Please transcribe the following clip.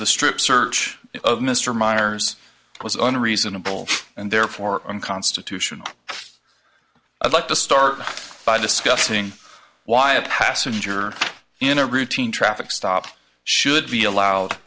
the strip search of mr meyers was under reasonable and therefore unconstitutional i'd like to start by discussing why a passenger in a routine traffic stop should be allowed